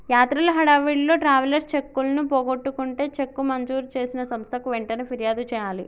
యాత్రల హడావిడిలో ట్రావెలర్స్ చెక్కులను పోగొట్టుకుంటే చెక్కు మంజూరు చేసిన సంస్థకు వెంటనే ఫిర్యాదు చేయాలి